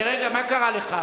יש דברים, רגע, מה קרה לך?